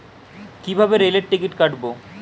কিভাবে রেলের টিকিট কাটব?